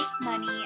money